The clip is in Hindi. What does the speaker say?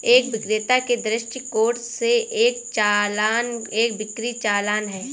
एक विक्रेता के दृष्टिकोण से, एक चालान एक बिक्री चालान है